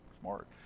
smart